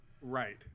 right